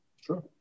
Sure